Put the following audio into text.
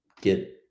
get